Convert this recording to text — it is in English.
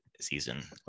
season